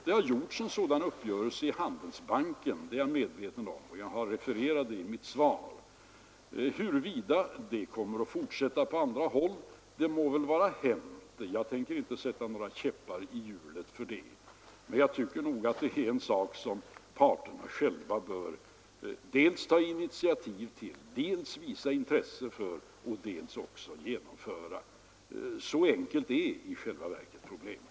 Det har gjorts en sådan uppgörelse i Handelsbanken, det är jag medveten om och jag refererade till detta i mitt svar. Huruvida dessa uppgörelser kommer att fortsätta på andra håll vet vi inte, men det må vara hänt, jag tänker inte sätta några käppar i hjulet för det. Men jag tycker att det är en sak som parterna själva bör dels ta initiativ till, dels visa intresse för och dels genomföra. Så enkelt är i själva verket problemet.